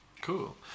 Cool